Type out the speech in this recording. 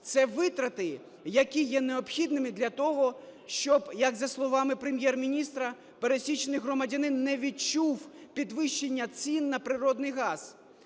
Це витрати, які є необхідними для того, щоб, як за словами Прем'єр-міністра, пересічний громадянин не відчув підвищення цін на природний газ.